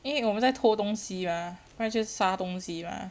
因为我们在偷东西 mah 不然就杀东西 mah